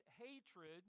hatred